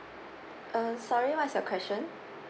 err sorry what is your question